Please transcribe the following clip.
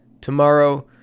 tomorrow